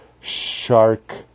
shark